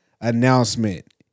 announcement